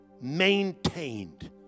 maintained